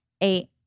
eight